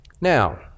Now